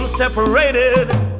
separated